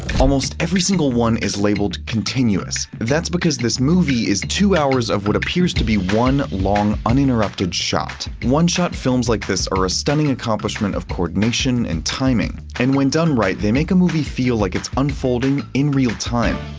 almost every single one is labeled continuous. that's because this movie is two hours of what appears to be one long, uninterrupted shot. one-shot films like this are a stunning accomplishment of coordination and timing. and when done right, they make a movie feel like it's unfolding in real time.